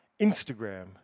Instagram